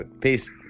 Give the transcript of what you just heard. Peace